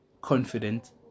Confident